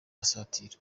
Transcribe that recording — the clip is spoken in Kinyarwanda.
asatira